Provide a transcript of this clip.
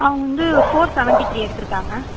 அவங்க வந்து four seventy three எடுத்துயிருக்காங்க